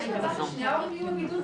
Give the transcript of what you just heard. יש מצב ששני ההורים יהיו בבידוד,